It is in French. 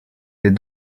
les